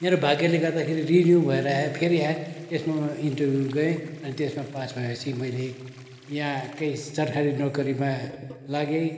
मेरो भाग्यले गर्दाखेरि रिन्यु भएर आयो फेरि आयो त्यसमा इन्टरभ्यु गएँ अनि त्यसमा पास भएपछि मैले यहाँकै सरकारी नोकरीमा लागे